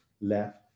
Left